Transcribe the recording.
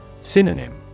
Synonym